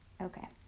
okay